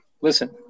listen